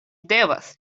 devas